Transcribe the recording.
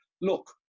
Look